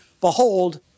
behold